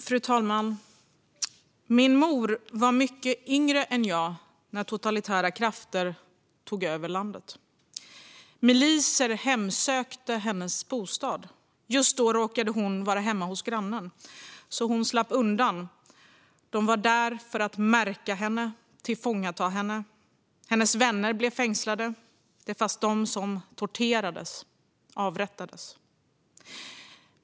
Fru talman! Min mor var mycket yngre än jag när totalitära krafter tog över landet. Miliser hemsökte hennes bostad. Just då råkade hon vara hemma hos grannen så hon slapp undan. De var där för att märka henne och tillfångata henne. Hennes vänner blev fängslade. Det fanns de som torterades och avrättades.